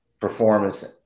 performance